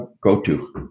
go-to